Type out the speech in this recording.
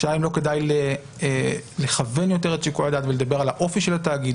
האם לא כדאי לכוון יותר את שיקול הדעת ולדבר על האופי של התאגיד,